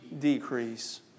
decrease